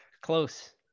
Close